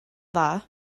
dda